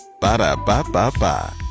Ba-da-ba-ba-ba